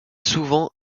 souvent